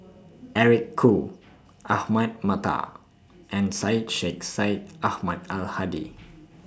Eric Khoo Ahmad Mattar and Syed Sheikh Syed Ahmad Al Hadi